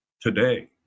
today